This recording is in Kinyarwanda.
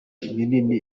minini